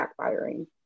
backfiring